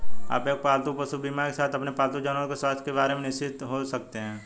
आप एक पालतू पशु बीमा के साथ अपने पालतू जानवरों के स्वास्थ्य के बारे में निश्चिंत हो सकते हैं